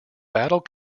battle